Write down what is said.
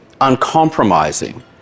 uncompromising